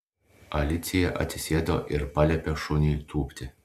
alicija atsisėdo ir paliepė šuniui tūpti